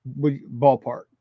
ballpark